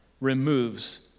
removes